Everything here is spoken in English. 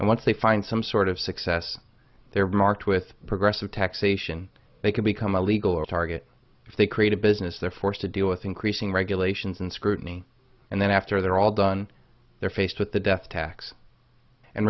and once they find some sort of success they're marked with progressive taxation they can become a legal or a target if they create a business they're forced to deal with increasing regulations and scrutiny and then after they're all done they're faced with the death tax and